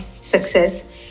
success